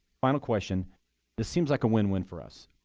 final question this seems like a win-win for us.